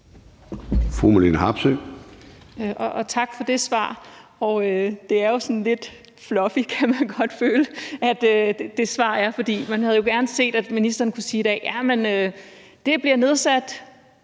Marlene Harpsøe (DD): Tak for det svar. Det er jo sådan lidt fluffy – det kan man godt føle at det svar er, for man havde jo gerne set, at ministeren kunne sige i dag, at den bliver nedsat